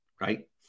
Right